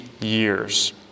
years